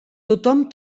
tothom